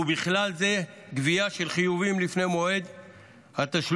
ובכלל זה גבייה של חיובים לפני המועד לתשלום,